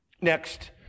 next